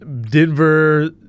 Denver